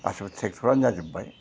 गासिबो ट्रेक्टरानो जाजोब्बाय